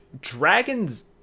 dragons